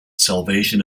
salvation